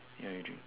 ya you drink